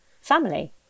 family